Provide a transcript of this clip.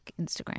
Instagram